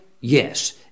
Yes